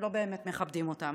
שלא באמת מכבדים אותם,